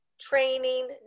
training